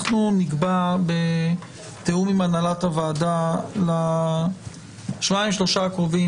אנחנו נקבע בתיאום עם הנהלת הוועדה דיון בשבועיים-שלושה הקרובים.